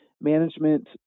management